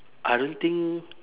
I don't think